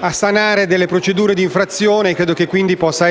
di sanare delle procedure d'infrazione. Credo che, quindi, possa